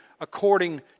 According